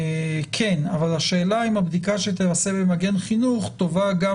כן אבל השאלה אם הבדיקה שנכנסת במגן חינוך טובה גם